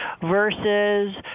versus